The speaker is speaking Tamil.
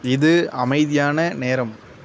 இது அமைதியான நேரம்